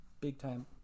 big-time